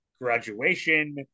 graduation